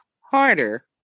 harder